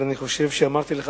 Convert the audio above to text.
אבל אני חושב שאמרתי לך,